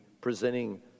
presenting